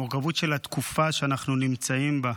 על המורכבות של התקופה שאנחנו נמצאים בה.